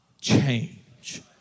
change